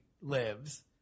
lives